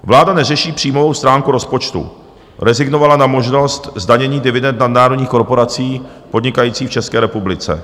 Vláda neřeší příjmovou stránku rozpočtu, rezignovala na možnost zdanění dividend nadnárodních korporací podnikajících v České republice.